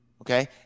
okay